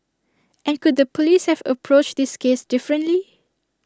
and could the Police have approached this case differently